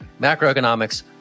macroeconomics